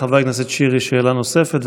לחבר הכנסת שירי יש שאלה נוספת,